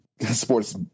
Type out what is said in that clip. sports